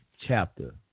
chapter